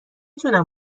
تونم